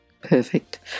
Perfect